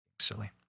silly